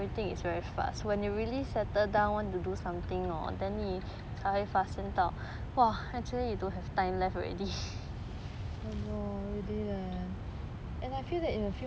ya lor really eh and I feel in a few more